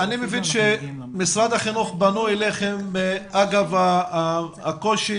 אני מבין שמשרד החינוך פנה אליכם אגב הקושי